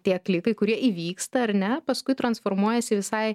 tie klikai kurie įvyksta ar ne paskui transformuojasi į visai